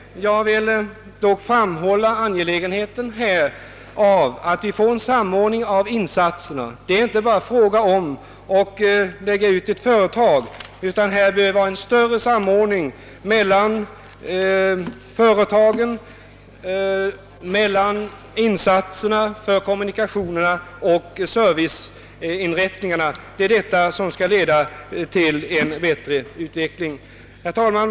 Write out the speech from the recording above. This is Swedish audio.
Jag vill dock framhålla angelägenheten av att vi får en samordning av de olika insatserna. Det räcker inte att lokalisera företag till vissa orter, utan det behövs dessutom en bättre samordning med de insatser som görs beträffande kommunikationer och serviceanordningar. Det är allt detta som skall leda till en bättre utveckling. Herr talman!